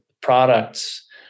products